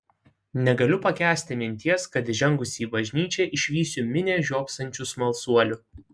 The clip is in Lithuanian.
negaliu pakęsti minties kad įžengusi į bažnyčią išvysiu minią žiopsančių smalsuolių